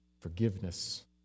forgiveness